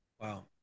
Wow